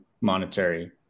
monetary